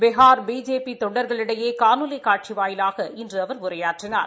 Bihar BJP தொண்டர்களிடையே காணொலி காட்சி வாயிலாக இன்று அவர் உரையாற்றினார்